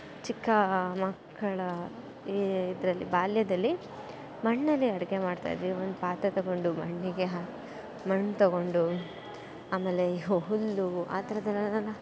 ಚಿಕ್ಕ ಮಕ್ಕಳ ಈ ಇದರಲ್ಲಿ ಬಾಲ್ಯದಲ್ಲಿ ಮಣ್ಣಲ್ಲಿ ಅಡಿಗೆ ಮಾಡ್ತಾಯಿದ್ವಿ ಒಂದು ಪಾತ್ರೆ ತಗೊಂಡು ಮಣ್ಣಿಗೆ ಹಾಕಿ ಮಣ್ಣು ತಗೊಂಡು ಆಮೇಲೆ ಹುಲ್ಲು ಆ ಥರದ್ದನ್ನೆಲ್ಲ